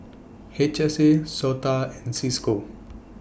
H S A Sota and CISCO